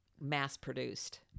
mass-produced